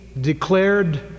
declared